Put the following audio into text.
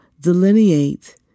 delineate